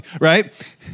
Right